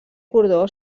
cordó